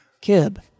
Kib